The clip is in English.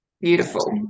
beautiful